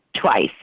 twice